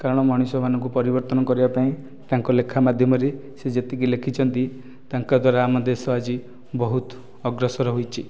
କାରଣ ମଣିଷ ମାନଙ୍କୁ ପରିବର୍ତ୍ତନ କରିବା ପାଇଁ ତାଙ୍କ ଲେଖା ମାଧ୍ୟମରେ ସେ ଯେତିକି ଲେଖିଛନ୍ତି ତାଙ୍କ ଦ୍ୱାରା ଆମ ଦେଶ ଆଜି ବହୁତ ଅଗ୍ରସର ହୋଇଛି